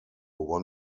won